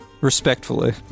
Respectfully